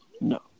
No